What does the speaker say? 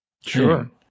Sure